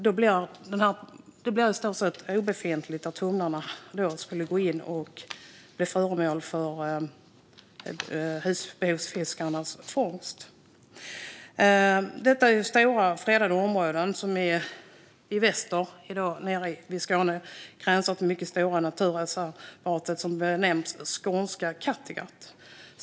Då blir problemet att tumlarna går in och blir föremål för husbehovsfiskarnas fångst i stort sett obefintligt. Detta stora fredade område i Skåne gränsar i väster till det mycket stora naturreservat som benämns Skånska Kattegatt.